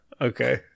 Okay